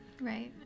Right